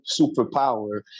superpower